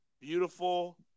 Beautiful